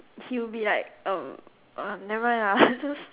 he will be like err uh nevermind lah just